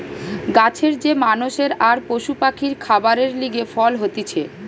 গাছের যে মানষের আর পশু পাখির খাবারের লিগে ফল হতিছে